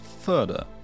further